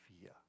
fear